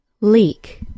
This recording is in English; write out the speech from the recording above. leak